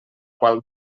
qual